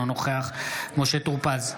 אינו נוכח משה טור פז,